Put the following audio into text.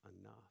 enough